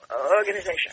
organization